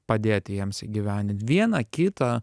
padėt jiems įgyvendint vieną kitą